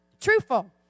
truthful